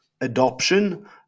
adoption